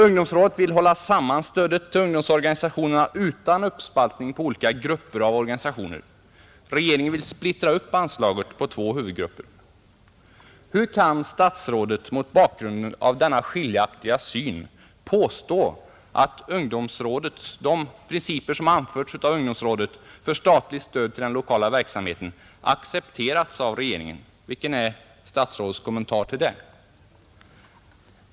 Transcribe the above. Ungdomsrådet vill hålla samman stödet till ungdomsorganisationerna utan uppspaltning på olika grupper av organisationer. Regeringen vill splittra upp anslaget på två huvudgrupper. Hur kan statsrådet mot bakgrunden av denna skiljaktiga syn påstå att de av ungdomsrådet anförda principerna för statligt stöd till den lokala verksamheten har accepterats av regeringen? Vad är statsrådets kommentar till detta?